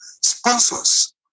Sponsors